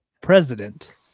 president